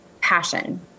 passion